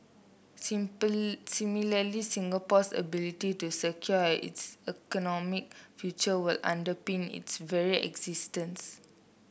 simple similarly Singapore's ability to secure its economic future will underpin its very existence